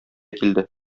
килде